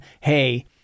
hey